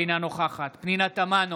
אינה נוכחת פנינה תמנו,